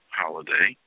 holiday